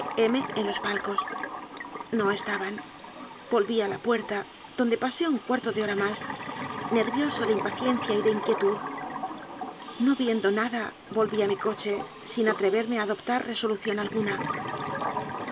en los palcos no estaban volví a la puerta donde pasé un cuarto de hora más nervioso de impaciencia y de inquietud no viendo nada volví a mi coche sin atreverme a adop tar resolución ninguna